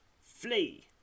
Flee